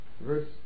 Verse